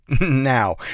now